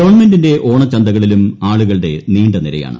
ഗവൺമെന്റിന്റെ ഓണച്ചന്തകളിലും ആളുകളുടെ നീണ്ട നിരയാണ്